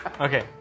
Okay